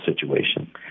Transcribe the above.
situation